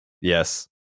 Yes